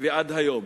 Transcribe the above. ועד היום,